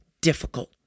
difficult